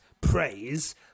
praise